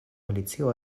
alicio